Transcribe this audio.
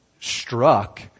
struck